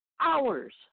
hours